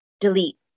delete